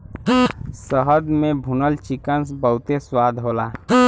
शहद में भुनल चिकन बहुते स्वाद होला